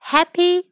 Happy